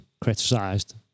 criticised